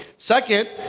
Second